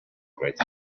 great